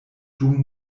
dum